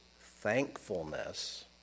thankfulness